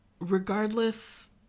regardless